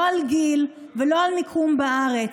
לא על גיל ולא על מיקום בארץ,